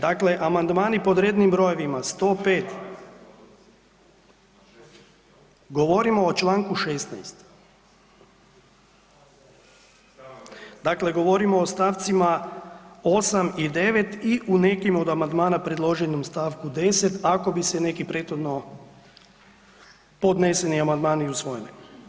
Dakle, Amandmani pod rednim brojevima 105., govorimo o Članku 16., dakle govorimo o stavcima 8. i 9. i u nekim od amandmana predloženim u stavku 10. ako bi se neki prethodno podneseni amandmani usvojili.